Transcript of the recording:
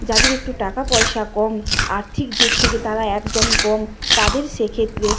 যাদের একটু টাকা পয়সা কম আর্থিক দিক থেকে তারা একদমই কম তাদের সেক্ষেত্রে